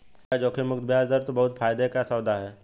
भैया जोखिम मुक्त बयाज दर तो बहुत ही फायदे का सौदा है